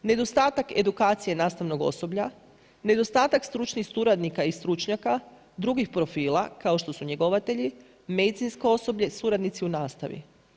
Nedostatak edukacije nastavnog osoblja, nedostatak stručnih suradnika i stručnjaka, drugih profila kao što su njegovatelji, medicinsko osoblje, suradnici u nastavi.